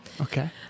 Okay